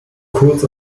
kurz